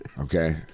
okay